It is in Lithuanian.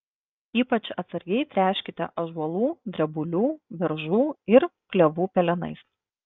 ypač atsargiai tręškite ąžuolų drebulių beržų ir klevų pelenais